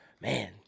man